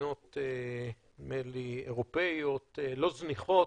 מדינות נדמה לי אירופיות לא זניחות,